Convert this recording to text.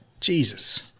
Jesus